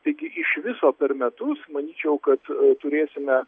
taigi iš viso per metus manyčiau kad turėsime